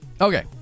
okay